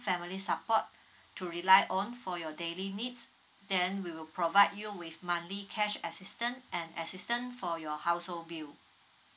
family support to rely on for your daily needs then we will provide you with monthly cash assistance and assistance for your household bill